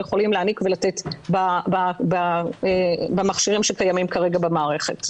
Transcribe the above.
יכולים להעניק ולתת במכשירים שקיימים כרגע במערכת.